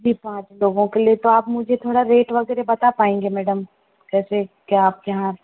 जी पाँच लोगों के लिए तो मुझे थोड़ा रेट वग़ैरह बता पाएंगे मैडम कैसे क्या आप के यहाँ